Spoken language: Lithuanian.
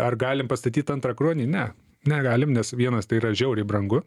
ar galim pastatyti antrą kruonį ne negalim nes vienas tai yra žiauriai brangu